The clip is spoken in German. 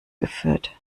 geführt